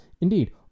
Indeed